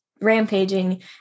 rampaging